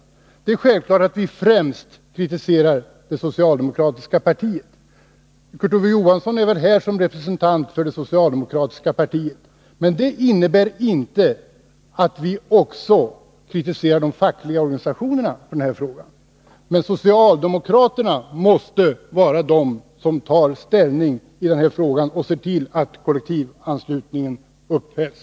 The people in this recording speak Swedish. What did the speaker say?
Ja, det är självklart att vi främst kritiserar det socialdemokratiska partiet. Att vi kritiserar kollektivanslutningen innebär inte att vi också kritiserar de fackliga organisationerna. Socialdemokraterna måste vara de som tar ställning och ser till att kollektivanslutningen upphävs.